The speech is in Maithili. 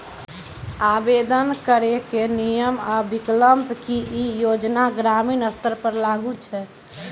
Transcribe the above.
आवेदन करैक नियम आ विकल्प? की ई योजना ग्रामीण स्तर पर लागू छै?